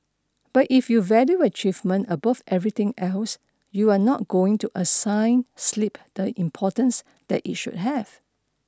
but if you value achievement above everything else you're not going to assign sleep the importance that it should have